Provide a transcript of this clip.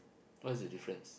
what's the difference